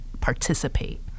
participate